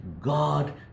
God